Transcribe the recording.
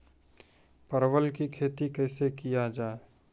परवल की खेती कैसे किया जाय?